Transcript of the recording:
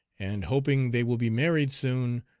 and hoping they will be married soon,